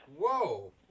Whoa